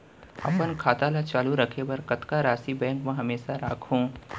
अपन खाता ल चालू रखे बर कतका राशि बैंक म हमेशा राखहूँ?